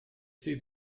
sydd